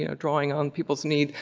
you know drawing on people's need.